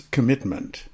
Commitment